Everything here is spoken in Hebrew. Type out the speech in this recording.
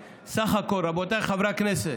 רבותיי חברי הכנסת,